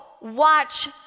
watch